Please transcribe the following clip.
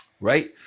right